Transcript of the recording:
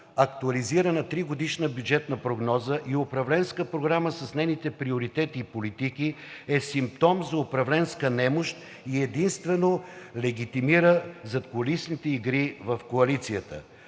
актуализирана тригодишна бюджетна прогноза и управленска програма с нейните приоритети и политики е симптом за управленска немощ и единствено легитимира задкулисните игри в Коалицията.